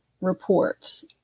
reports